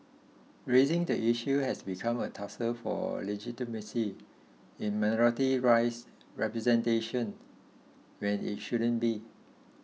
raising the issue has become a tussle for legitimacy in minority rights representation when it shouldn't be